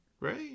right